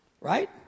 Right